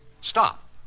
stop